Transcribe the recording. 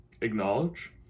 acknowledge